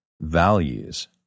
values